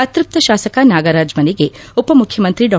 ಅತೃಪ್ತ ಶಾಸಕ ನಾಗರಾಜ್ ಮನೆಗೆ ಉಪಮುಖ್ಯಮಂತ್ರಿ ಡಾ